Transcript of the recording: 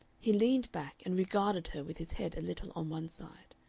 he leaned back and regarded her with his head a little on one side.